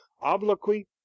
obloquy